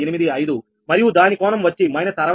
85 మరియు దాని కోణం వచ్చి −68